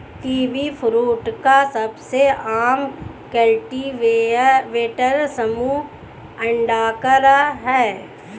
kiwifruit का सबसे आम कल्टीवेटर समूह अंडाकार है